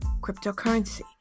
cryptocurrency